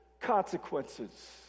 consequences